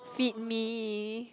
feed me